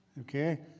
Okay